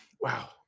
wow